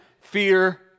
fear